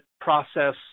process